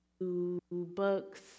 books